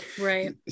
Right